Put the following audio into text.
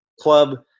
club